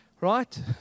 right